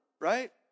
right